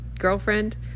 girlfriend